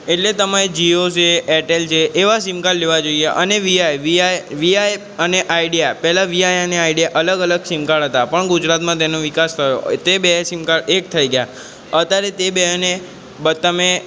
એટલે તમે જીયો છે એરટેલ છે એવાં સીમ કાર્ડ લેવાં જોઇએ અને વીઆઇ વીઆઇ વીઆઇ અને આઇડિયા પહેલાં વીઆઇ અને આઇડિયા અલગ અલગ સીમ કાર્ડ હતાં પણ ગુજરાતમાં તેનો વિકાસ થયો તે બે સીમ કાર્ડ એક થઇ ગયાં અત્યારે તે બે અને બ તમે